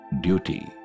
duty